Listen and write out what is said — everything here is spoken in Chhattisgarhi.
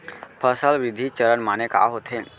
फसल वृद्धि चरण माने का होथे?